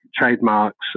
trademarks